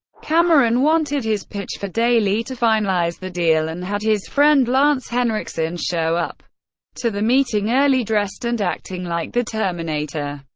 cameron wanted his pitch for daly to finalize the deal and had his friend lance henriksen show up to the meeting early dressed and acting like the terminator.